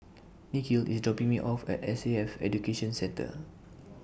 Nikhil IS dropping Me off At S A F Education Centre